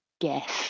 guess